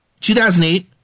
2008